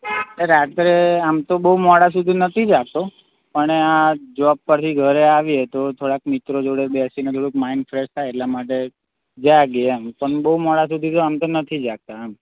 રાત્રે આમ તો બહુ મોડા સુધી નથી જાગતો પણ આ જોબ પરથી ઘરે આવીએ તો થોડાક મિત્રો જોડે બેસીને થોડુંક માઇન્ડ ફ્રેશ થાય એટલા માટે જાગીએ એમ પણ બહુ મોડા સુધી તો આમ તો નથી જાગતા એમ